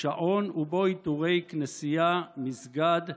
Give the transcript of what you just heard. שעון ובו עיטורי כנסייה, מסגד,